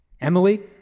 Emily